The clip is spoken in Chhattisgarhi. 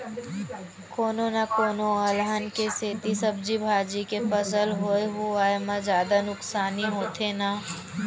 कोनो न कोनो अलहन के सेती सब्जी भाजी के फसल होए हुवाए म जादा नुकसानी होथे न